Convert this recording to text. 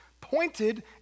pointed